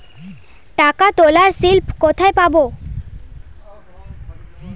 টাকা তোলার স্লিপ কোথায় পাব?